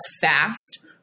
fast